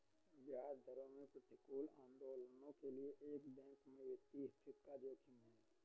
ब्याज दरों में प्रतिकूल आंदोलनों के लिए एक बैंक की वित्तीय स्थिति का जोखिम है